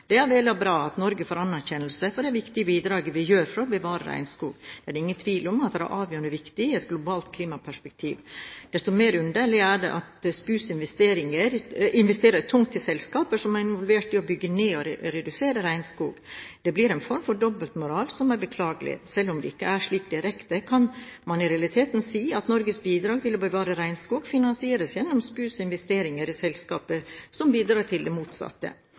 Det er vel og bra at Norge får anerkjennelse for det viktige arbeidet vi bidrar med for å bevare regnskog. Det er ingen tvil om at det er avgjørende viktig i et globalt klimaperspektiv. Desto mer underlig er det at Statens pensjonsfond utland, SPU, investerer tungt i selskaper som er involvert i å bygge ned og redusere regnskog. Det blir en form for dobbeltmoral, som er beklagelig. Selv om det ikke er slik direkte, kan man i realiteten si at Norges bidrag til å bevare regnskog finansieres gjennom SPUs investeringer i selskaper som bidrar til det motsatte.